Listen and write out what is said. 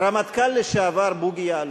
רמטכ"ל לשעבר, בוגי יעלון.